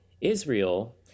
Israel